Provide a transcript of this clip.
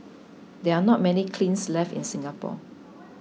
there are not many kilns left in Singapore